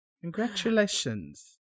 Congratulations